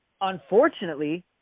unfortunately